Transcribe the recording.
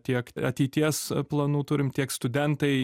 tiek ateities planų turim tiek studentai